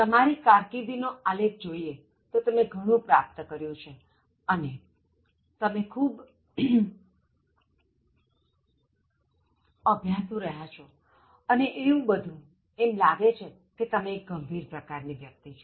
તમારો કારકિર્દી નો આલેખ જોઇએ તો તમે ઘણું પ્રાપ્ત કર્યુ છે અને તમે ખૂબ અભ્યાસુ રહ્યા છો અને એવું બધું એમ લાગે છે કે તમે એક ગંભીર પ્રકાર ની વ્યક્તિ છો